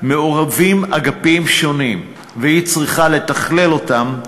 מעורבים אגפים שונים והיא צריכה לתכלל אותם,